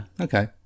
okay